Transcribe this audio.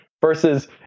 versus